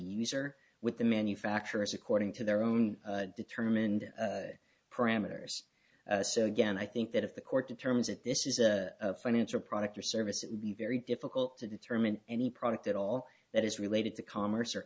are with the manufacturers according to their own determined parameters so again i think that if the court determines that this is a financial product or service it would be very difficult to determine any product at all that is related to commerce or